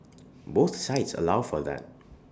both sites allow for that